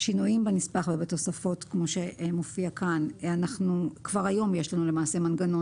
שינויים בנספח ובתוספות כמו שמופיע כאן כבר היום יש לנו למעשה מנגנון